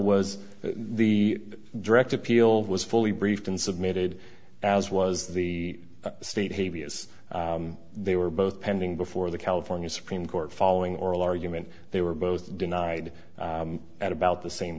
was the direct appeal was fully briefed and submitted as was the state havey as they were both pending before the california supreme court following oral argument they were both denied at about the same